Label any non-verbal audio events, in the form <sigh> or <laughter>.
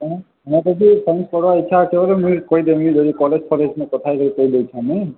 କ'ଣ ମୋ ଟା ଯେ ତୁମେ ପଢ଼ ଇଚ୍ଛା ଅଛି ହେଲେ ମୁଇଁ କହିଦେମି ଗଲେ କଲେଜ୍ <unintelligible> ସିନା କଥା ହେଇ ଯାଇଛି <unintelligible> ମୁଇଁ